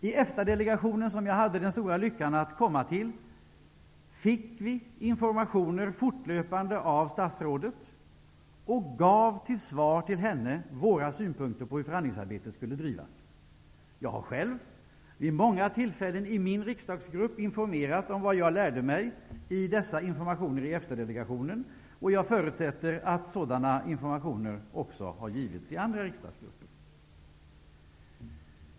I EFTA-delegationen, som jag hade den stora lyckan delta i, fick vi informationer fortlöpande av statsrådet, och gav som svar till henne våra synpunkter på hur förhandlingsarbetet skulle bedrivas. Jag har själv vid många tillfällen i min riksdagsgrupp informerat om vad jag lärde mig i EFTA-delegationen, och jag förutsätter att sådana informationer också har givits i andra riksdagsgrupper.